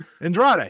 Andrade